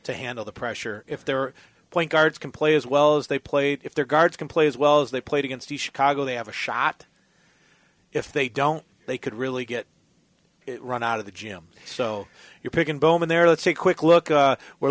to handle the pressure if their point guards can play as well as they played if their guards can play as well as they played against the chicago they have a shot if they don't they could really get run out of the gym so you pick and bowman there that's a quick look we're a